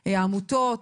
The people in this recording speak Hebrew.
העמותות,